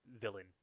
villain